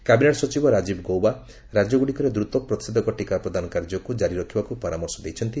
cabinet ସଚିବ ରାଜୀବ ଗୌବା ରାଜ୍ୟଗୁଡ଼ିକରେ ଦ୍ରତ ପ୍ରତିଷେଧକ ଟିକା ପ୍ରଦାନ କାର୍ଯ୍ୟକୁ ଜାରି ରଖିବାକୁ ପରାମର୍ଶ ଦେଇଛନ୍ତି